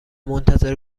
منتظر